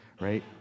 Right